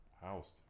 Housed